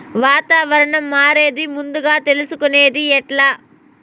వాతావరణం మారేది ముందుగా తెలుసుకొనేది ఎట్లా?